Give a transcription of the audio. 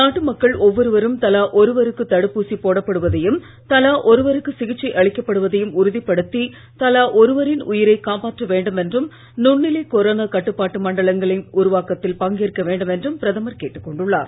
நாட்டு மக்கள் ஒவ்வொருவரும் தலா ஒருவருக்கு தடுப்பூசி போடப்படுவதையும் தலா ஒருவருக்கு சிகிச்சை அளிக்கப்படுவதையும் உறுதிப்படுத்தி தலா ஒருவரின் உயிரை காப்பாற்ற வேண்டும் என்றும் நுண்ணிலை கொரோனா கட்டுப்பாட்டு மண்டலங்களின் உருவாக்கத்தில் பங்கேற்க வேண்டுமென்றும் பிரதமர் கேட்டுக் கொண்டுள்ளார்